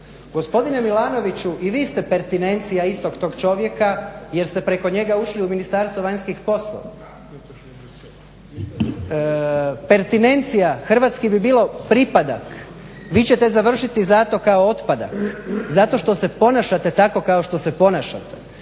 Gospodine Milanoviću i vi ste partinencija istog tog čovjeka jer ste preko njega ušli u Ministarstvo vanjskih poslova. Pertinencija hrvatski bi bilo pripadak. Vi ćete završiti zato kao otpadak, zato što se ponašate tako kao što se ponašate